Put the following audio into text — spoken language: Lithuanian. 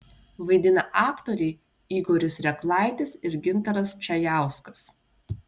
vaidina aktoriai igoris reklaitis ir gintaras čajauskas